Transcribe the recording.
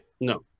No